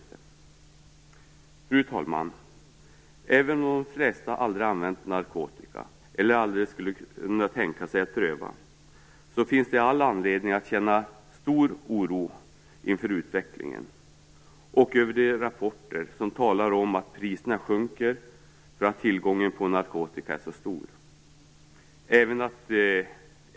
Fru talman! Även om de flesta aldrig använt narkotika eller aldrig skulle kunna tänka sig att pröva, finns det all anledning att känna stor oro inför utvecklingen och över de rapporter som talar om att priserna sjunker därför att tillgången på narkotika är så stor.